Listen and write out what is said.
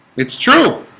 it's true